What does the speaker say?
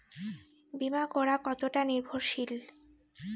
বীমা করা কতোটা নির্ভরশীল?